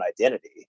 identity